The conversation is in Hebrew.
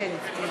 חברי